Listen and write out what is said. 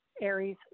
Aries